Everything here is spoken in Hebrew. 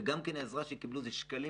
וגם העזרה שהם קיבלו היא זניחה.